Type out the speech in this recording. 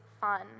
fun